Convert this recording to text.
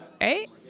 Right